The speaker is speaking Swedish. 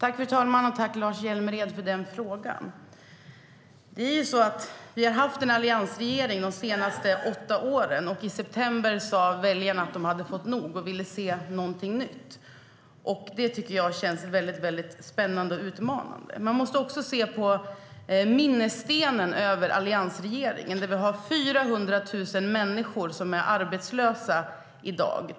Fru talman! Jag tackar Lars Hjälmered för frågan. Vi har haft en alliansregering de senaste åtta åren. I september sa väljarna att de hade fått nog. De ville se någonting nytt. Det tycker jag känns väldigt spännande och utmanande. Man måste dock se på minnesstenen över alliansregeringen. Vi har 400 000 människor som är arbetslösa i dag.